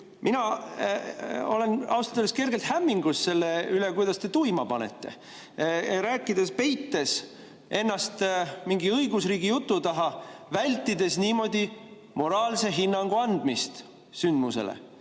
mina olen ausalt öeldes kergelt hämmingus, kuidas te tuima panete, rääkides, peites ennast mingi õigusriigijutu taha, vältides niimoodi moraalse hinnangu andmist sündmusele.